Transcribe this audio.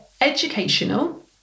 educational